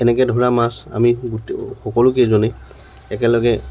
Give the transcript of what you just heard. এনেকৈ ধৰা মাছ আমি গোট সকলোকেইজনে একেলগে